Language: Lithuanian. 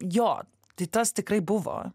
jo tai tas tikrai buvo